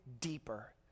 deeper